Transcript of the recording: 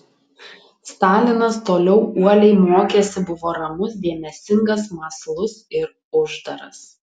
stalinas toliau uoliai mokėsi buvo ramus dėmesingas mąslus ir uždaras